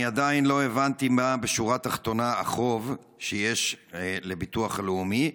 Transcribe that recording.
אני עדיין לא הבנתי מה בשורה התחתונה החוב שיש לביטוח הלאומי,